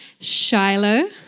Shiloh